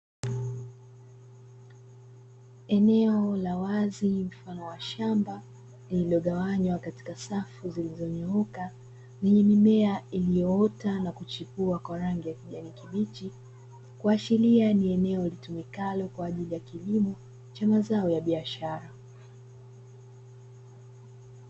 Eneo la wazi mfano wa shamba lililogawanywa katika safu zilizonyooka, lenye mimea iliyoota na kuchipua kwa rangi ya kijani kibichi, kuashiria ni eneo litumikalo kwa ajili ya kilimo cha mazao ya biashara.